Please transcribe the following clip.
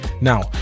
Now